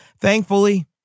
Thankfully